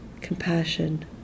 compassion